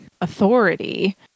authority